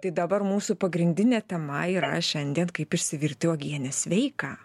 tai dabar mūsų pagrindinė tema yra šiandien kaip išsivirti uogienę sveiką